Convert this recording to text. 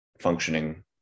functioning